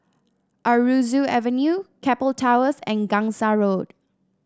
Aroozoo Avenue Keppel Towers and Gangsa Road